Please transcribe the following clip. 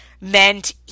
meant